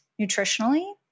nutritionally